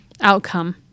outcome